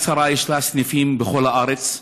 ליד שרה יש סניפים בכל הארץ,